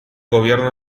gobierno